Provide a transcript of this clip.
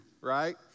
right